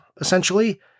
essentially